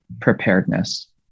preparedness